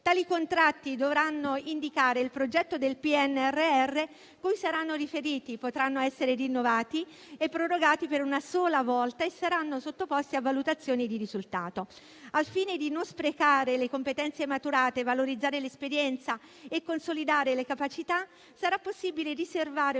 Tali contratti dovranno indicare il progetto del PNRR cui saranno riferiti, potranno essere rinnovati e prorogati per una sola volta e saranno sottoposti a valutazione di risultato. Al fine di non sprecare le competenze maturate, valorizzare l'esperienza e consolidare le capacità, sarà possibile riservare